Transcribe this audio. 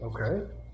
Okay